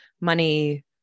money